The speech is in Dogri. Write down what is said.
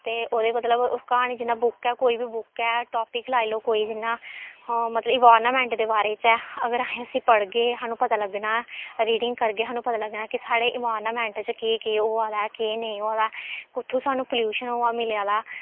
ते ओह्दे मतलब क्हानी जियां बुक ऐ कोई बी बुक ऐ टापिक लाई लो कोई जियां मतलब इवार्नामेंट दे बारे च ऐ अगर असें इसी अगर पढ़गे सानूं पता लग्गना रीडिंग करगे कि सानूं पता लग्गना कि साढ़े इवार्नामेंट च केह् केह् होआ दा ऐ केह् नेईं होआ दा कुत्थुं सानूं प्ल्यूशन होआ दा मिला दा